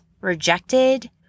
rejected